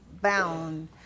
bound